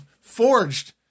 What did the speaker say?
forged